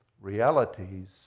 realities